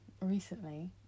recently